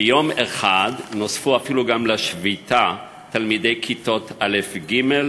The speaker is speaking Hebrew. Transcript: ביום אחד נוספו לשביתה אפילו גם תלמידי כיתות א' ג',